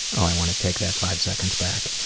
i want to take that five seconds back.